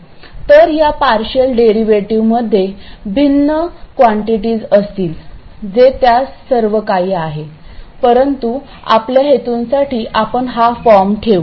तर या पार्शियल डेरिव्हेटिव्हमध्ये भिन्न डायमेन्शन असतील परंतु आपल्या हेतूंसाठी आपण हा फॉर्म ठेवू